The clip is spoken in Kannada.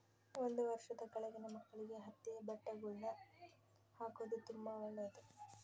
ಒಂದು ವರ್ಷದ ಕೆಳಗಿನ ಮಕ್ಕಳಿಗೆ ಹತ್ತಿಯ ಬಟ್ಟೆಗಳ್ನ ಹಾಕೊದು ತುಂಬಾ ಒಳ್ಳೆದು